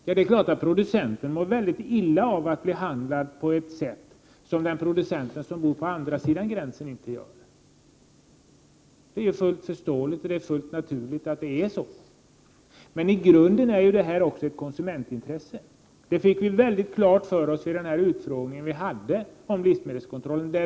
Ja, det är klart att en producent mår illa av att bli behandlad på ett sätt som inte gäller för en producent på andra sidan gränsen. Det är fullt förståeligt och naturligt. Men i grunden är detta också ett konsumentintresse. Det fick vi mycket klart för oss vid den utfrågning vi hade om livsmedelskontrollen.